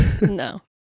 No